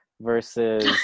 versus